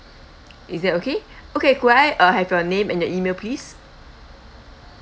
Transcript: is that okay okay could I uh have your name and your email please